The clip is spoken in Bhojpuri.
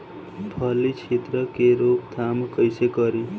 फली छिद्रक के रोकथाम कईसे करी?